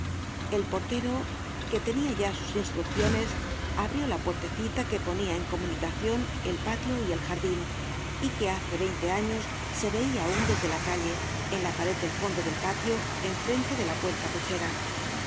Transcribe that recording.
el portero que tenia ya sus instrucciones abrió la puertecita que ponia en comunicacion el patio y el jardin y que hace veinte años se veia aun desde la calle en la pared del fondo del patio en frente de la